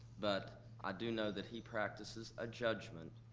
but i do know that he practices a judgment.